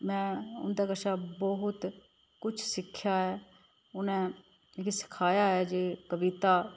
मैं उं'दे कशा बहुत कुछ सिक्खेआ ऐ उ'नें मिकी सखाया ऐ जे कविता